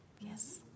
Yes